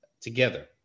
together